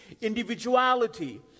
individuality